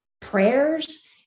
prayers